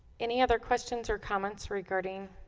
any other questions or comments regarding